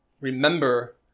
remember